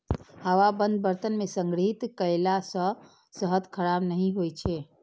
हवाबंद बर्तन मे संग्रहित कयला सं शहद खराब नहि होइ छै